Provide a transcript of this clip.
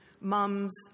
mums